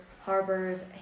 harbors